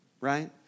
right